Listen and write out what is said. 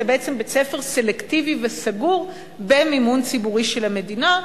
זה בעצם בית-ספר סלקטיבי וסגור במימון ציבורי של המדינה,